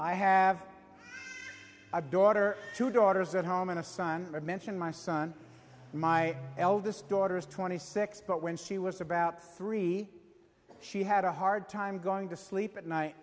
i have a daughter two daughters at home and a son to mention my son my eldest daughter is twenty six but when she was about three she had a hard time going to sleep at night